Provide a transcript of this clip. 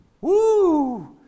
Woo